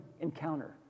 encounter